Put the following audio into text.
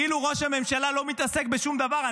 כאילו ראש הממשלה לא מתעסק בשום דבר.